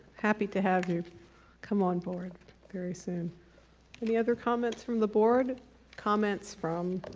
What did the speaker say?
happy to have you come on board very soon the other comments from the board comments from